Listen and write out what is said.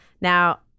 Now